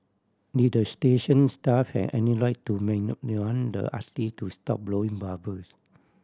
did the station staff have any right to the artist to stop blowing bubbles